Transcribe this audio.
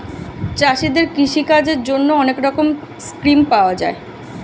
চাষীদের কৃষি কাজের জন্যে অনেক রকমের স্কিম পাওয়া যায়